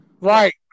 Right